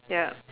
yup